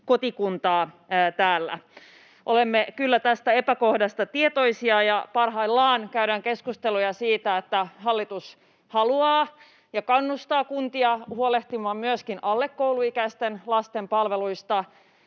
kotikuntaa täällä. Olemme kyllä tästä epäkohdasta tietoisia, ja parhaillaan käydään keskusteluja siitä, että hallitus haluaa kannustaa kuntia huolehtimaan myöskin alle kouluikäisten lasten palveluista,